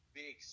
big